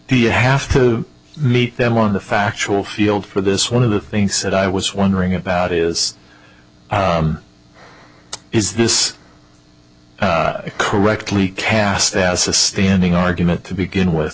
do you have to meet them one of the factual field for this one of the things that i was wondering about is is this correctly cast as a standing argument to begin with